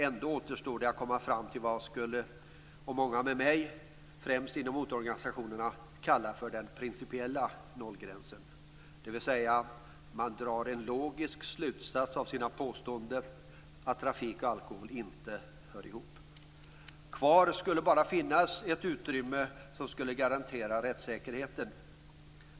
Ändå återstår det att komma fram till vad jag och många med mig, främst inom motororganisationerna, skulle vilja kalla för den principiella nollgränsen, dvs. att man drar en logisk slutsats av sina påståenden att trafik och alkohol inte hör ihop. Kvar skulle bara finnas ett utrymme som skulle garantera rättssäkerheten.